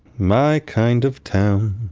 my kind of town,